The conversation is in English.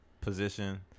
position